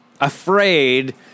afraid